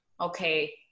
Okay